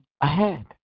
ahead